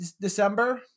december